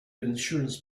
insurance